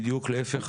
להפך,